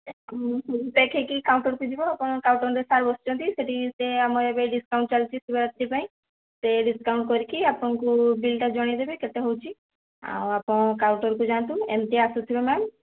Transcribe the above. ହୁଁ ହୁଁ ଦେଖିକି କାଉଣ୍ଟର୍କୁ ଯିବେ ଆପଣ କାଉଣ୍ଟର୍ରେ ସାର୍ ବସିଛନ୍ତି ସେଠି ସେ ଆମ ଏବେ ଡିସ୍କାଉଣ୍ଟ୍ ଚାଲିଛି ଶିବରାତ୍ରୀ ପାଇଁ ସେ ଡିସକାଉଣ୍ଟ୍ କରିକି ଆପଣଙ୍କୁ ବିଲ୍ଟା ଜଣାଇଦେବେ କେତେ ହେଉଛି ଆଉ ଆପଣ କାଉଣ୍ଟର୍କୁ ଯାଆନ୍ତୁ ଏମିତି ଆସୁଥିବେ ମ୍ୟାମ୍